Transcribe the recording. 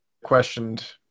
questioned